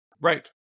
Right